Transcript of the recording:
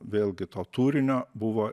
vėlgi to turinio buvo